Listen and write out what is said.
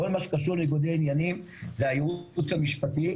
כל מה שקשור לניגודי עניינים זה הייעוץ המשפטי.